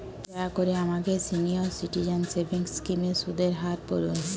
দয়া করে আমাকে সিনিয়র সিটিজেন সেভিংস স্কিমের সুদের হার বলুন